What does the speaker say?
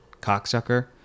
cocksucker